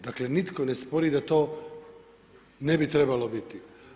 Dakle, nitko ne spori, da to ne bi trebalo biti.